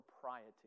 propriety